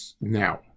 Now